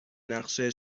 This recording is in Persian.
نقشه